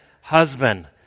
husband